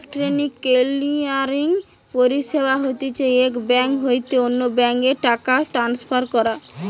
electronic clearing পরিষেবা হতিছে এক বেঙ্ক হইতে অন্য বেঙ্ক এ টাকা ট্রান্সফার করা